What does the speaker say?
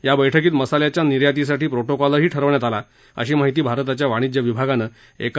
या बैठकीत मसाल्याच्या निर्यातीसाठी प्रोटोकॉलही ठरवण्यात आला अशी माहिती भारताच्या वाणिज्य विभागानं एका निवेदनाद्वारे दिली